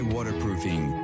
Waterproofing